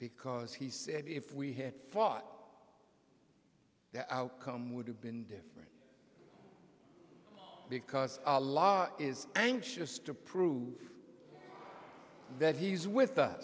because he said if we had fought come would have been different because a lot is anxious to prove that he's with us